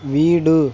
வீடு